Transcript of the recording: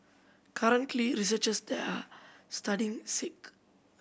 currently researchers there are studying sake